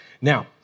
now